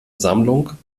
sammlung